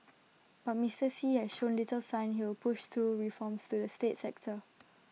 but Mister Xi has shown little sign he will push through reforms to the state sector